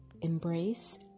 embrace